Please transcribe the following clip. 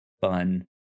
fun